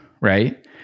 right